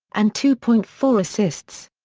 and two point four assists.